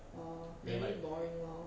orh maybe boring lor